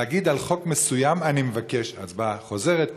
להגיד על חוק מסוים: אני מבקש הצבעה חוזרת,